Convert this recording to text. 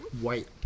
white